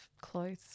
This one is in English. clothes